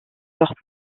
leur